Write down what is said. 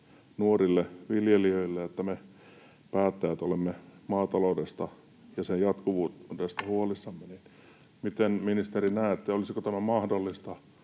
nuorille viljelijöille, että me päättäjät olemme maataloudesta ja sen jatkuvuudesta huolissamme. Miten, ministeri, näette: olisiko tämä mahdollista